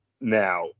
Now